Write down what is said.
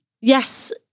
yes